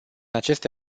aceste